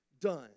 done